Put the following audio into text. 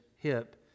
hip